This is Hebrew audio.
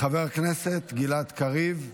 חבר הכנסת גלעד קריב.